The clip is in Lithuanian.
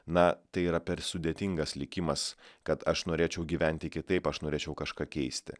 na tai yra per sudėtingas likimas kad aš norėčiau gyventi kitaip aš norėčiau kažką keisti